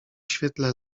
świetle